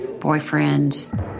boyfriend